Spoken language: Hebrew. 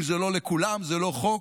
אם זה לא לכולם, זה לא חוק.